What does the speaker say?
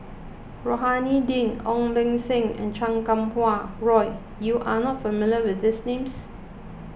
Rohani Din Ong Beng Seng and Chan Kum Wah Roy you are not familiar with these names